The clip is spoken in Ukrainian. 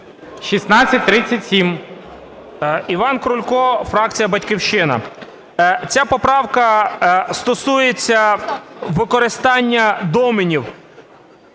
І.І. Іван Крулько, фракція "Батьківщина". Ця поправка стосується використання доменів.